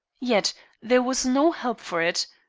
yet there was no help for it.